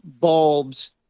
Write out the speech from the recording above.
bulbs